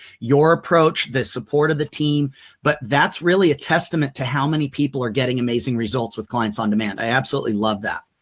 your approach, the support of the team but that's really a testament to how many people were getting amazing results with clients on demand. i absolutely love that.